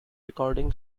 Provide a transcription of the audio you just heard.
recording